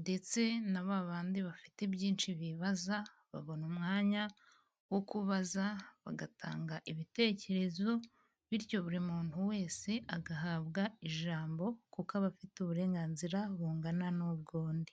ndetse na ba bandi bafite byinshi bibaza babona umwanya wo kubaza bagatanga ibitekerezo bityo buri muntu wese agahabwa ijambo kuko aba afite uburenganzira bungana n'ubw'undi.